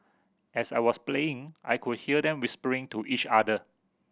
as I was playing I could hear them whispering to each other